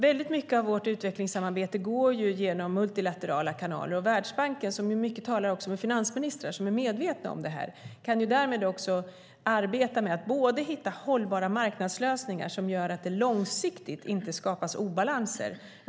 Väldigt mycket av vårt utvecklingssamarbete går genom multilaterala kanaler och Världsbanken som ju talar mycket också med finansministrar som är medvetna om det här. Därmed kan man också arbeta med att hitta hållbara marknadslösningar som gör att det långsiktigt inte skapas obalanser.